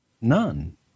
none